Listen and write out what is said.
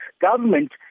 government